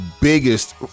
biggest